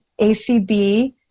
ACB